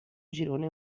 girone